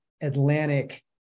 Atlantic